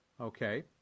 Okay